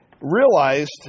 realized